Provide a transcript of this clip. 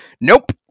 nope